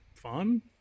fun